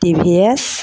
TVS